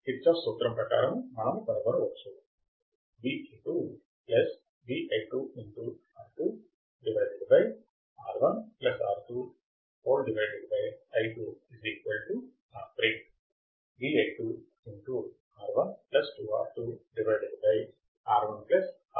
Kirchhoff సూత్రము ప్రకారము మనము కనుగొనవచ్చు